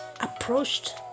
approached